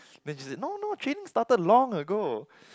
then she said no no training started long ago